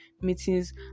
meetings